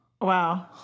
Wow